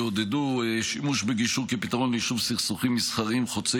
יעודדו שימוש בגישור כפתרון ליישוב סכסוכים מסחריים חוצי